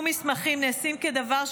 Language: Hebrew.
הסתירו מידע קריטי מהדרג המדיני.